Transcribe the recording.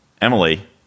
Emily